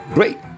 Great